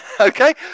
okay